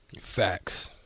facts